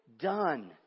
done